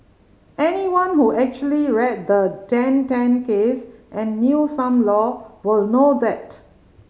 anyone who actually read the Dan Tan case and knew some law will know that